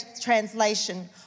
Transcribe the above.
translation